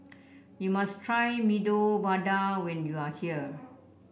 you must try Medu Vada when you are here